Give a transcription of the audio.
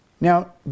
Now